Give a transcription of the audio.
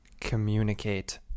Communicate